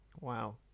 wow